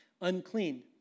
unclean